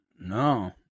no